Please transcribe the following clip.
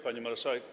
Pani Marszałek!